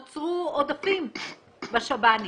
נוצרו עודפים בשב"נים.